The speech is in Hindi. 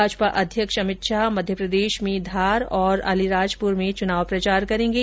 भाजपा अध्यक्ष अमित शाह मध्य प्रदेश में धार और अलीराजपुर में चुनाव प्रचार करेंगे